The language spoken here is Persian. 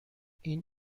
این